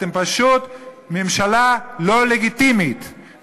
אתם פשוט ממשלה לא לגיטימית,